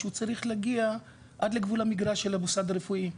שהוא צריך להגיע עד לגבול המגרש של המוסד הרפואי,